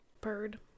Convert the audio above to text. bird